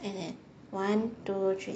end at one two three